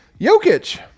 Jokic